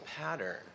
pattern